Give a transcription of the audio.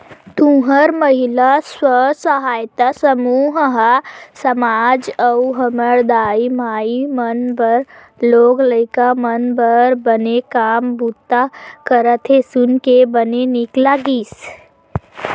तुंहर महिला स्व सहायता समूह ह समाज अउ हमर दाई माई मन बर लोग लइका मन बर बने काम बूता करत हे सुन के बने नीक लगिस